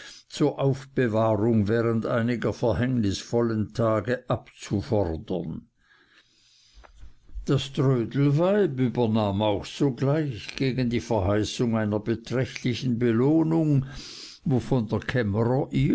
zur aufbewahrung während einiger verhängnisvollen tage abzufordern das trödelweib übernahm auch sogleich gegen die verheißung einer beträchtlichen belohnung wovon der kämmerer